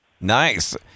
Nice